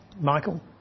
Michael